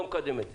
לא מקדם את זה,